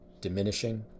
diminishing